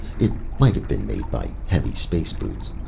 it might have been made by heavy space-boots.